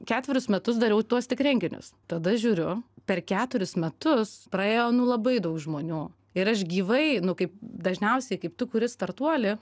ketverius metus dariau tuos renginius tada žiūriu per keturis metus praėjo nu labai daug žmonių ir aš gyvai nu kaip dažniausiai kaip tu kuri startuolį